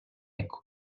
ecco